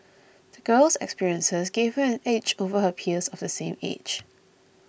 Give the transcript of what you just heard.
the girl's experiences gave her an edge over her peers of the same age